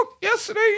yesterday